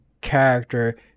character